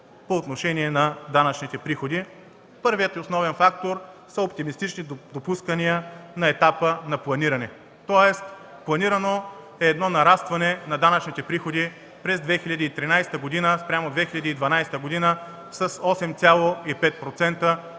Първият и основен фактор са оптимистичните допускания на етапа на планиране, тоест планирано е нарастване на данъчните приходи през 2013 г. спрямо 2012 г. с 8,5%, което